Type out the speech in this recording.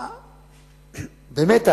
באמת,